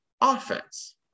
offense